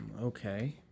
Okay